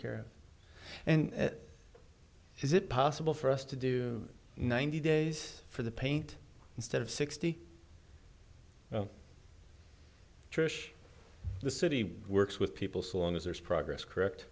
care of and is it possible for us to do ninety days for the paint instead of sixty trish the city works with people so long as there's progress correct